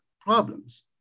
problems